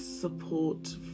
support